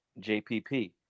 JPP